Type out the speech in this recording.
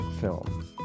film